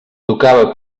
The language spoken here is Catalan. tocava